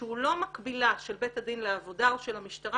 שהוא לא מקבילה של בית הדין לעבודה או של המשטרה,